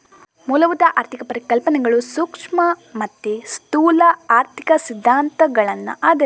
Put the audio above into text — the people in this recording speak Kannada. ಮೂಲಭೂತ ಆರ್ಥಿಕ ಪರಿಕಲ್ಪನೆಗಳು ಸೂಕ್ಷ್ಮ ಮತ್ತೆ ಸ್ಥೂಲ ಆರ್ಥಿಕ ಸಿದ್ಧಾಂತಗಳನ್ನ ಆಧರಿಸಿದೆ